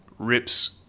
Rips